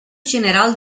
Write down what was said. general